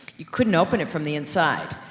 you couldn't open it from the inside.